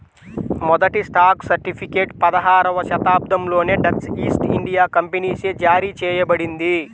మొదటి stock certificate పదహారవ శతాబ్దంలోనే డచ్ ఈస్ట్ ఇండియా కంపెనీచే జారీ చేయబడింది